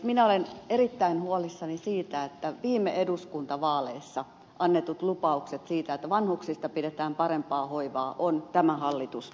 minä olen erittäin huolissani siitä että viime eduskuntavaaleissa annetut lupaukset siitä että vanhuksista pidetään parempaa hoivaa on tämä hallitus pettänyt